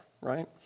right